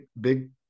big